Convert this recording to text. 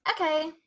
okay